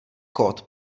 kód